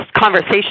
conversation